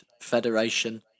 Federation